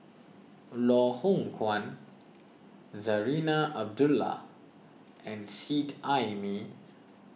Loh Hoong Kwan Zarinah Abdullah and Seet Ai Mee